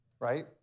right